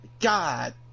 God